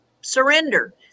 surrender